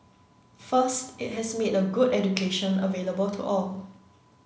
first it has made a good education available to all